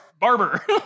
barber